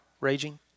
raging